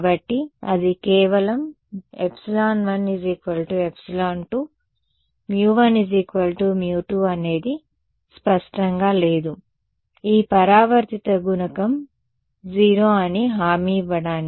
కాబట్టి అది కేవలం ε1 ε2 μ1 μ2 అనేది స్పష్టంగా లేదు ఈ పరావర్తిత గుణకం 0 అని హామీ ఇవ్వడానికి సరిపోతుంది